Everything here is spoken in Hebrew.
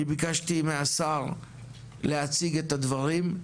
אני ביקשתי מהשר להציג את הדברים,